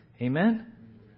Amen